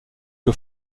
que